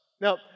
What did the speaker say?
Now